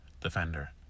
defender